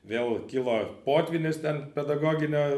vėl kilo potvynis ten pedagoginio